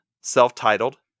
self-titled